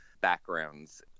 backgrounds